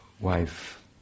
wife